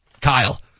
Kyle